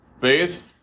Faith